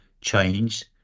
change